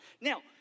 Now